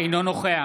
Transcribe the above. אינו נוכח